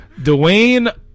Dwayne